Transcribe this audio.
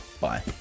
Bye